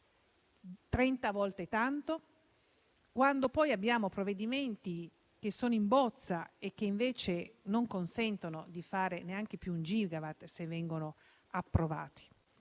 volte tanto? Quando poi abbiamo provvedimenti in bozza che, invece, non consentiranno di fare neanche più un gigawatt, se vengono approvati: